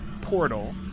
portal